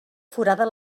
forada